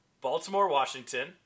Baltimore-Washington